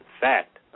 fact